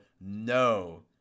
no